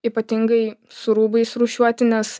ypatingai su rūbais rūšiuoti nes